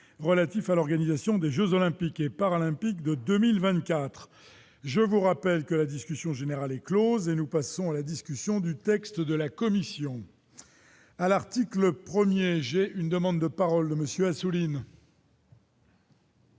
relatif à l'organisation des Jeux olympiques et paralympiques de 2024 je vous rappelle que la discussion générale et. Closer nous passons à la discussion du texte de la Commission à l'article 1er j'ai une demande de parole de monsieur Assouline.